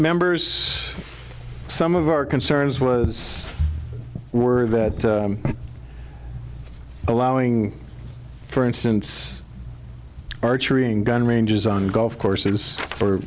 members some of our concerns was were that allowing for instance archery and gun ranges on golf courses for